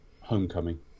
Homecoming